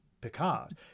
picard